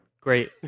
Great